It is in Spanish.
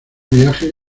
viaje